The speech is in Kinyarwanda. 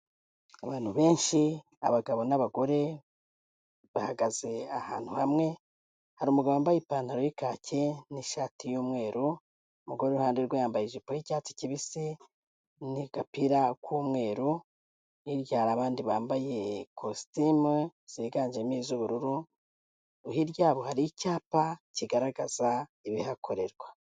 Abantu benshi, abagabo n'abagore, bahagaze ahantu hamwe, hari umugabo wambaye ipantaro y'ikake n'ishati y'umweru, umugore uri iruhande rwe, yambaye ijipo y'icyatsi kibisi, n'agapira k'umweru, hirya hari abandi bambaye kositimu ziganjemo iz'ubururu, hirya yabo hari icyapa kigaragaza ibihakorerwa.